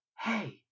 Hey